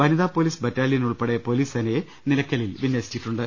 വനിതാപൊലീസ് battalion ഉൾപ്പെടെ police സേനയെ നിലയ്ക്കലിൽ വിന്യസിച്ചിട്ടുണ്ട്